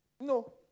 No